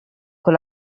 con